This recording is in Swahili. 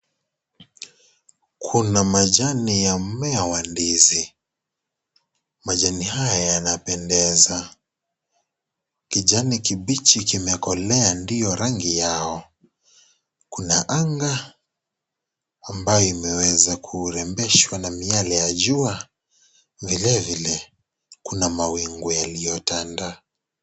Kuna majani ya mmea wa ndizi. Majani haya yanapendeza. Kijani kibichi kimekolea ndio rangi yao. Kuna anga ambayo imeweza kurembeshwa na miale ya jua, vile vile kuna mawingu yaliyotanda.